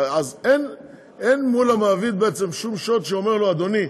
אין מול המעביד בעצם שום שוט שאומר לו: אדוני,